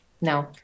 no